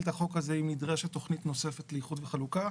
את החוק הזה אם נדרשת תכנית נוספת לאיחוד וחלוקה.